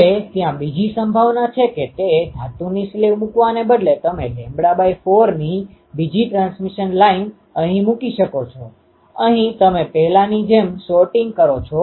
હવે ત્યાં બીજી સંભાવના છે કે તે ધાતુની સ્લીવ મૂકવાને બદલે તમે λ4 ની બીજી ટ્રાન્સમિશન લાઇન અહીં મૂકી શકો છો અહીં તમે પહેલાની જેમ શોર્ટીંગ કરો છો